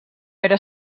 era